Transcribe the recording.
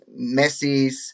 Messi's